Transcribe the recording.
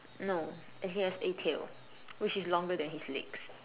no and he has a tail which is longer than his legs